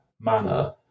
manner